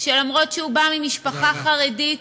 שלמרות שהוא בא ממשפחה חרדית